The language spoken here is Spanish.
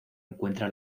encuentra